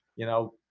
you know,